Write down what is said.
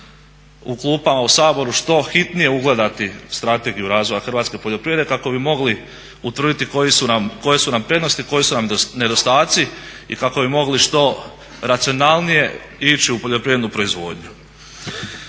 u klupama u Saboru što hitnije ugledati strategiju razvoja hrvatske poljoprivrede kako bi mogli utvrditi koje su nam prednosti i koji su nam nedostaci i kako bi mogli što racionalnije ići u poljoprivrednu proizvodnju.